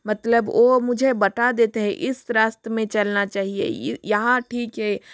मतलब ओ मुझे बता देते हैं इस रास्ते में चलना चाहिए यहाँ ठीक है